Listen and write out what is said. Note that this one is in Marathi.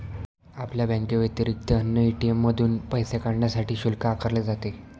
आपल्या बँकेव्यतिरिक्त अन्य ए.टी.एम मधून पैसे काढण्यासाठी शुल्क आकारले जाते